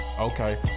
Okay